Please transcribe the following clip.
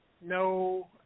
no